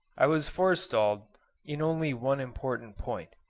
i was forestalled in only one important point,